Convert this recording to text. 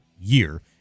year